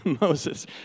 Moses